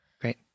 Great